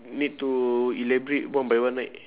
need to elaborate one by one right